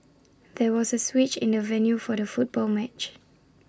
there was A switch in the venue for the football match